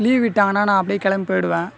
leave விட்டாங்கன்னா நான் அப்படியே கிளம்பி போயிடுவன்